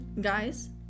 Guys